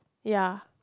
ya